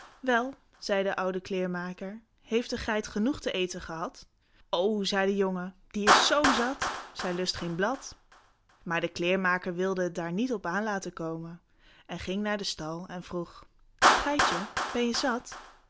wel zei de oude kleermaker heeft de geit genoeg te eten gehad o zei de zoon die is zoo zat zij lust geen blad maar de kleermaker wilde het daar niet op aan laten komen ging naar den stal en vroeg geitje ben je zat